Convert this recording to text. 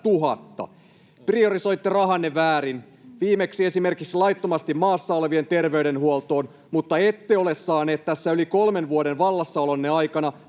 Priorisoitte rahanne väärin, viimeksi esimerkiksi laittomasti maassa olevien terveydenhuoltoon, mutta ette ole saaneet tässä yli kolmen vuoden vallassa olonne aikana